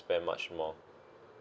spend much more